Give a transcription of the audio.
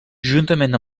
juntament